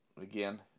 again